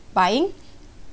buying